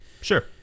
Sure